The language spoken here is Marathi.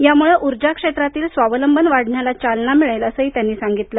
यामुळं ऊर्जा क्षेत्रातील स्वावलंबन वाढण्याला चालना मिळेल असंही त्यांनी सांगितलं